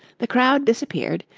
the crowd disappeared,